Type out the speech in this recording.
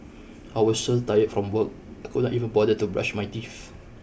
I was so tired from work I could not even bother to brush my teeth